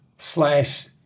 slash